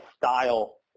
style